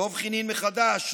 דב חנין מחד"ש,